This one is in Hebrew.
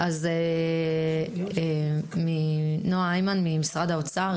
נועה היימן ממשרד האוצר,